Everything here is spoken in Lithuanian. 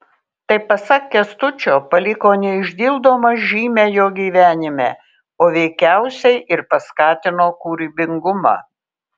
tai pasak kęstučio paliko neišdildomą žymę jo gyvenime o veikiausiai ir paskatino kūrybingumą